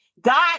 god